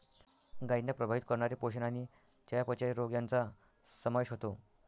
गायींना प्रभावित करणारे पोषण आणि चयापचय रोग यांचा समावेश होतो